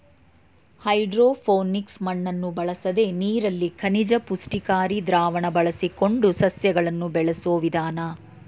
hydroponics ಮಣ್ಣನ್ನು ಬಳಸದೆ ನೀರಲ್ಲಿ ಖನಿಜ ಪುಷ್ಟಿಕಾರಿ ದ್ರಾವಣ ಬಳಸಿಕೊಂಡು ಸಸ್ಯಗಳನ್ನು ಬೆಳೆಸೋ ವಿಧಾನ